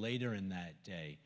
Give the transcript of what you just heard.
later in that day